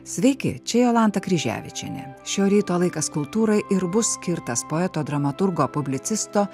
sveiki čia jolanta kryževičienė šio ryto laikas kultūrai ir bus skirtas poeto dramaturgo publicisto